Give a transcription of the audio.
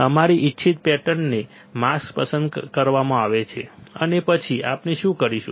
અમારી ઇચ્છિત પેટર્નનો માસ્ક પસંદ કરવામાં આવે છે અને પછી આપણે શું કરીશું